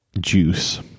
juice